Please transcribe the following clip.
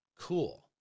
Cool